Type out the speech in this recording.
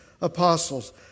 apostles